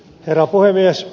herra puhemies